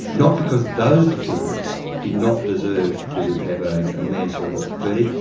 not because those defendants did not deserve to have a ah manslaughter verdict,